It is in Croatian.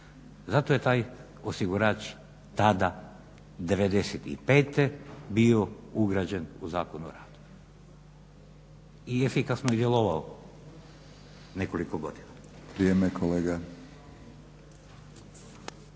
Zato je taj osigurač tada '95. bio ugrađen u Zakon o radu i efikasno je djelovao nekoliko godina.